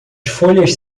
folhas